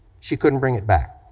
she couldn't bring it back.